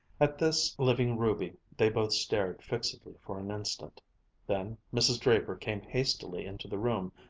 at this living ruby they both stared fixedly for an instant then mrs. draper came hastily into the room,